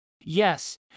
Yes